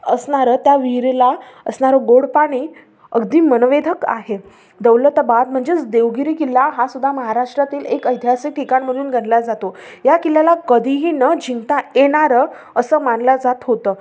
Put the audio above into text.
असणारं त्या विहिरीला असणारं गोड पाणी अगदी मनोवेधक आहे दौलताबाद म्हणजेच देवगिरी किल्ला हासुद्धा महाराष्ट्रातील एक ऐतिहासिक ठिकाण म्हणून गणला जातो या किल्ल्याला कधीही न जिंकता येणारं असं मानलं जात होतं